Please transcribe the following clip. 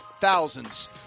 thousands